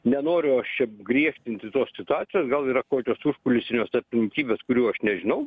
nenoriu aš čia griežtinti tos situacijos gal yra kokios užkulisinės aplinkybės kurių aš nežinau